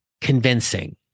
convincing